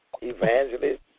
evangelist